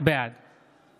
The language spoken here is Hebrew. בעד